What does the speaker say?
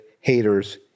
haters